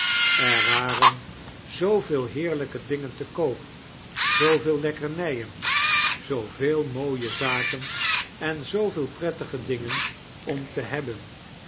er waren zooveel heerlqke dingen te koop zooveel lekkemijen zooveel mooie zaken en zooveel prettige dingen om te hebben